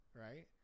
Right